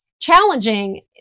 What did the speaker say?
challenging